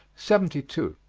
seventy two.